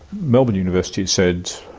melbourne university said.